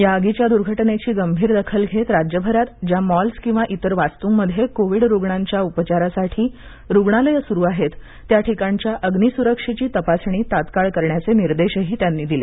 या आगीच्या दुर्घटनेची गंभीर दखल घेत राज्यभरात ज्या मॉल्स किंवा इतर वास्तुंमधे कोविड रुग्णांच्या उपचारासाठी रुग्णालयं सुरु आहेत त्या ठिकाणच्या अग्नीसुरक्षेची तपासणी तात्काळ करण्याचे निर्देशही त्यांनी दिले